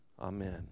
Amen